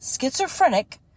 schizophrenic